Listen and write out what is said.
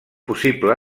possible